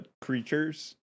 creatures